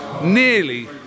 nearly